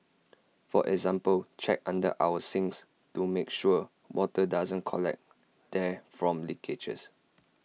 for example check under our sinks to make sure water doesn't collect there from leakages